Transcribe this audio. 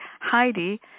Heidi